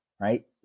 right